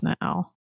now